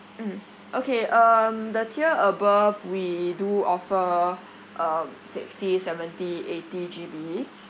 mm okay um the tier above we do offer um sixty seventy eighty G_B